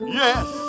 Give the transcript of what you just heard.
yes